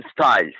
styles